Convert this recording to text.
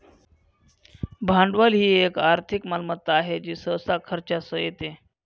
भांडवल ही एक आर्थिक मालमत्ता आहे जी सहसा खर्चासह येते